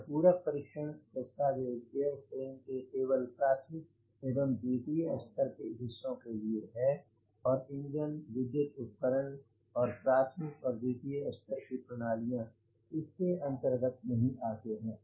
यह पूरक परीक्षण दस्तावेज़ एयर फ्रेम के केवल प्राथमिक एवं द्वितीय स्तर के हिस्सों के लिए है और इंजन विद्युत् उपकरण और प्राथमिक और द्वितीय स्तर की प्रणालियाँ इस के अंतर्गत नहीं आते हैं